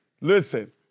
Listen